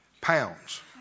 Pounds